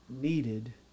needed